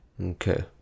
Okay